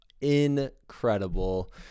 incredible